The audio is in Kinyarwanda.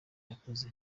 yakoze